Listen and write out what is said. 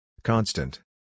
Constant